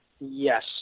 Yes